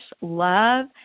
love